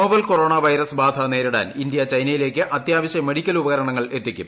novel corona virus ബാധ നേരിടാൻ ഇന്ത്യ ചൈനയിലേക്ക് അത്യാവശ്യ മെഡിക്കൽ ഉപകരണങ്ങൾ എത്തിക്കും